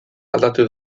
aldatu